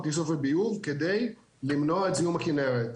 איסוף וביוב כדי למנוע את זיהום הכנרת.